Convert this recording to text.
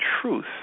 truth